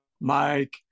Mike